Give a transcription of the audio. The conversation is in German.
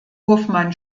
hofmann